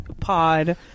pod